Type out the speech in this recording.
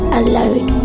alone